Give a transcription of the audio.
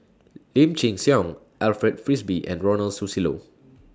Lim Chin Siong Alfred Frisby and Ronald Susilo